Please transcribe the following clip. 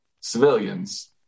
civilians